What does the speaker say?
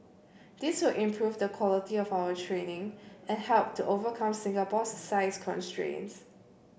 this will improve the quality of our training and help to overcome Singapore's size constraints